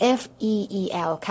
feel